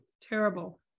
terrible